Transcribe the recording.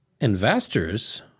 investors